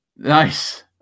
Nice